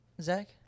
Zach